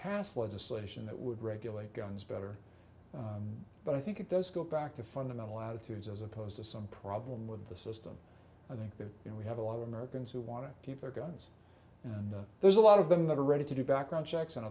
pass legislation that would regulate guns better but i think it does go back to fundamental attitudes as opposed to some problem with the system i think that you know we have a lot of americans who want to keep their guns and there's a lot of them that are ready to do background checks and